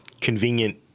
convenient